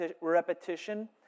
repetition